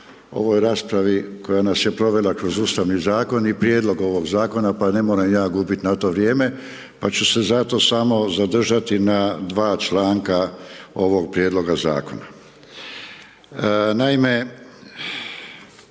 ovoj raspravi koja nas je provela kroz Ustavni zakon i prijedlog ovog zakona pa ne moram ja gubiti na to vrijeme pa ću se zato samo zadržati na dva članka ovog prijedloga zakona.